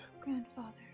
Grandfather